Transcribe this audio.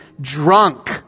drunk